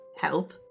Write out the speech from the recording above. help